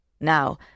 Now